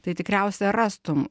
tai tikriausia rastum